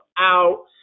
out